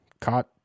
caught